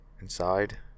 inside